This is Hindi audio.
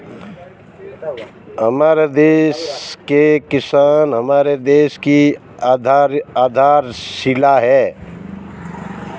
हमारे देश के किसान हमारे देश की आधारशिला है